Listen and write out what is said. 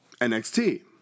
NXT